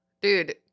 Dude